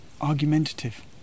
argumentative